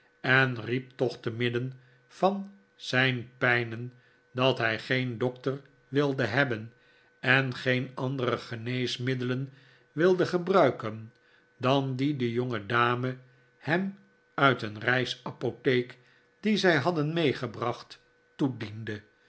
en riep toch temidden van zijn pijnen dat hij geen dokter wilde hebben en geen andere geneesmiddelen wilde gebruiken dan die de jongedame hem uit een reisapotheek die zij hadden meegebracht toediende